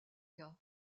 cas